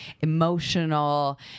emotional